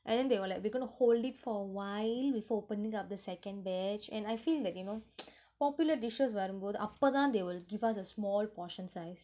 and then they were like we're gonna hold it for a while before opening up the second batch and I feel like you know popular dishes வரும்போது அப்பதா:varumpothu appathaa they will give us a small portion size